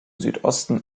südosten